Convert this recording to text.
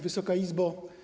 Wysoka Izbo!